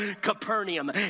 Capernaum